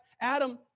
Adam